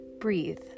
breathe